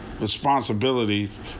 responsibilities